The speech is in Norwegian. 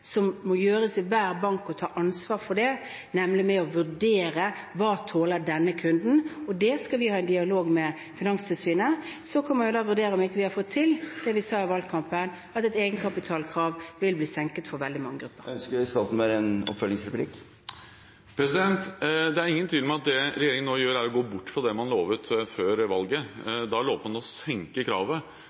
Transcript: som gjøres i hver bank som må ta ansvar for å vurdere hva kunden tåler. Det skal vi ha en dialog med Finanstilsynet om. Så kommer vi til å vurdere om vi kan få til det vi sa i valgkampen, at et egenkapitalkrav vil bli senket for veldig mange grupper. Det er ingen tvil om at det regjeringen nå gjør, er å gå bort fra det man lovet før valget. Da lovet man å senke kravet.